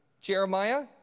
Jeremiah